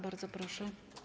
Bardzo proszę.